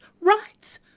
rights